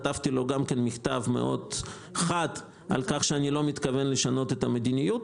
כתבתי לו מכתב מאוד חד על כך שאני לא מתכוון לשנות את המדיניות.